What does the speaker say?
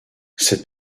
cette